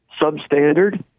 substandard